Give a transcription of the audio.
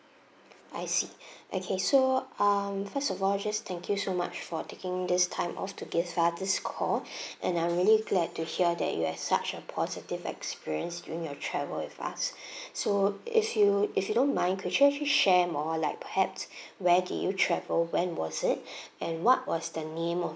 I see okay so um first of all just thank you so much for taking this time off to give us this call and I'm really glad to hear that you had such a positive experience during your travel with us so if you if you don't mind could you actually share more like perhaps where did you travel when was it and what was the name of